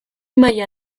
maila